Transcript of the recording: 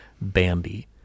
Bambi